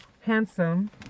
handsome